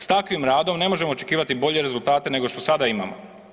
S takvim radom ne možemo očekivati bolje rezultate nego što sada imamo.